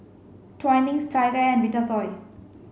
Twinings TigerAir and Vitasoy